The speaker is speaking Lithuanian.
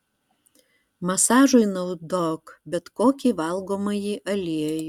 masažui naudok bet kokį valgomąjį aliejų